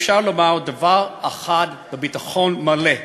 אפשר לומר דבר אחד בביטחון מלא: